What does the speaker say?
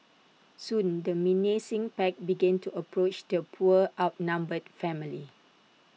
soon the menacing pack began to approach the poor outnumbered family